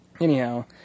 Anyhow